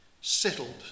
settled